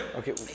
okay